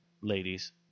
ladies